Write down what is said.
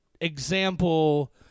example